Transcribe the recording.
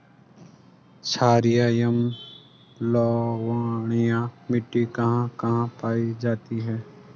छारीय एवं लवणीय मिट्टी कहां कहां पायी जाती है?